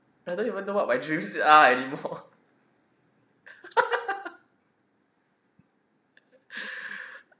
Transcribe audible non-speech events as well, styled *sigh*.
I don't even know what my dreams are anymore *laughs*